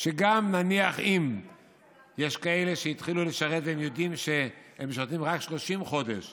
שגם אם נניח שיש כאלה שהתחילו לשרת והם יודעים שהם ישרתו רק 30 חודש